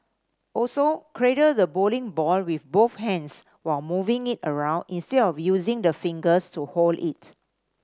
also cradle the bowling ball with both hands while moving it around instead of using the fingers to hold it